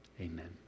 Amen